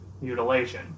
mutilation